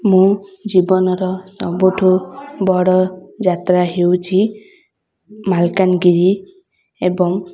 ମୁଁ ଜୀବନର ସବୁଠୁ ବଡ଼ ଯାତ୍ରା ହେଉଛି ମାଲକାନଗିରି ଏବଂ